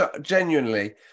genuinely